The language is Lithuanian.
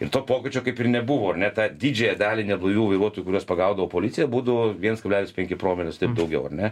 ir to pokyčio kaip ir nebuvo ar ne tą didžiąją dalį neblaivių vairuotojų kuriuos pagaudavo policija būdavo viens kablelis penki promilės taip daugiau ar ne